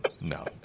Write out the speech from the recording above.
no